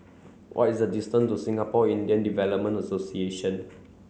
what is the distance to Singapore Indian Development Association